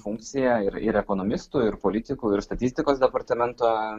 funkcija ir ir ekonomistų ir politikų ir statistikos departamento